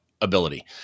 ability